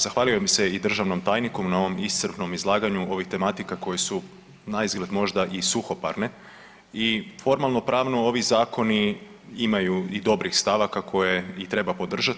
Zahvalio bih se i državnom tajniku na ovom iscrpnom izlaganju ovih tematika koje su naizgled možda i suhoparne i formalno pravno ovi zakoni imaju i dobrih stavaka koje i treba podržat.